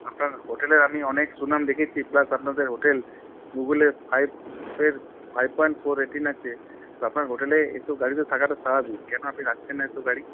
আপনার হোটেলের আমি অনেক সুনাম দেখেছি প্লাস আপনাদের হোটেল গুগলে ফাইভের ফাইভ পয়েন্ট ফোর রেটিং আছে তো আপনার হোটেলে এসব গাড়ি তো থাকাটা স্বাভাবিক কেন আপনি রাখছেন না এসব গাড়ি